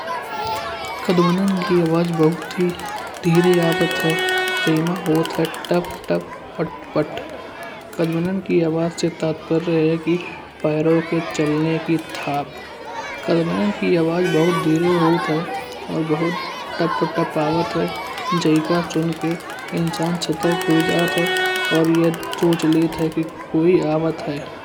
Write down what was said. कदमोनन की आवाज बहुत ही धीरे आवत है। जै मा होइत हा तप तप, पट पट। कदमोनन की आवाज से तत्पर्य है कि पैरों के चलाने के थप कदमोनन की आवाज बहुत धीरे होइत है। और बहुत तप-तप आवत है। जाइएगा सुनके इंसान सतर्क होइ जात है। और यह सोच लेइत है कि कोए आवत है।